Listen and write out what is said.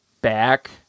back